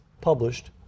published